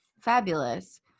fabulous